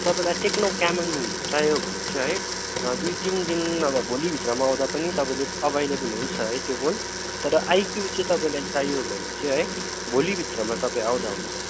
तपाईँलाई Tecno Camon चाहियो भने चाहिँ है दुई तिन दिन नभा भोलिभित्रमा आँउदा पनि तपईले अभाइलेबल हुन्छ है त्यो फोन तर आइक्यू चाहिँ तपाईँलाई चाहियो भने चाहिँ है भोलिभित्रमा तपाईँ आउँदा हुन्छ